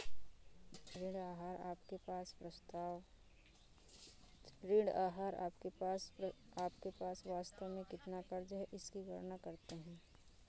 ऋण आहार आपके पास वास्तव में कितना क़र्ज़ है इसकी गणना करते है